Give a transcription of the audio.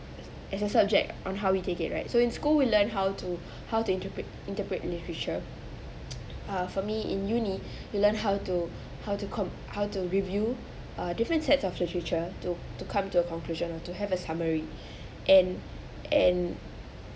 as a subject on how we take it right so in school we learn how to how to interpret interpret literature uh for me in uni you learn how to how to com~ how to review a different sets of literature to to come to a conclusion or to have a summary and and